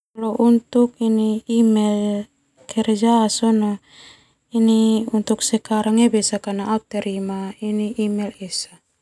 Email kerja sona su besakana sipo email esa.